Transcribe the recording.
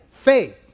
Faith